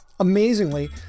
Amazingly